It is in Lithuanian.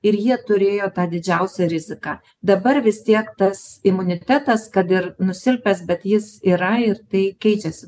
ir jie turėjo tą didžiausią riziką dabar vis tiek tas imunitetas kad ir nusilpęs bet jis yra ir tai keičiasi